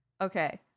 Okay